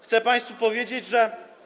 Chcę państwu powiedzieć, że.